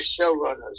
showrunners